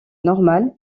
normale